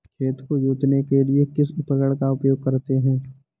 खेत को जोतने के लिए किस उपकरण का उपयोग करते हैं?